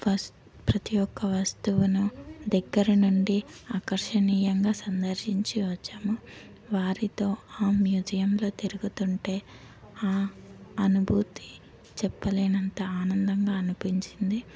వస్తువు ప్రతి ఒక్క వస్తువును దగ్గర నుండి ఆకర్షణీయంగా సందర్శించి వచ్చాము వారితో ఆ మ్యూజియంలో తిరుగుతుంటే ఆ అనుభూతి చెప్పలేనంత ఆనందంగా అనిపించింది